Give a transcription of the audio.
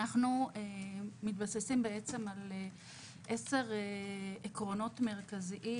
אנחנו מתבססים על 10 עקרונות מרכזיים,